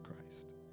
Christ